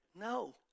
No